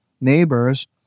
neighbors